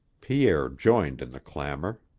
pierre joined in the clamor.